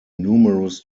numerous